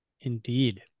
indeed